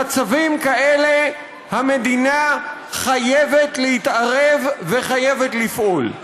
במצבים כאלה המדינה חייבת להתערב וחייבת לפעול.